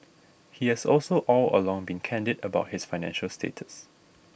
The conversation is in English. he has also all along been candid about his financial status